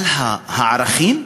אבל הערכים,